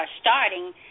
starting